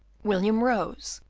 william rose,